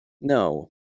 No